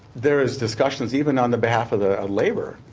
there is discussions even on the bath of the labor,